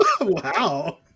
Wow